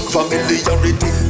Familiarity